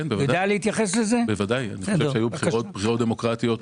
ודאי, בחירות דמוקרטיות.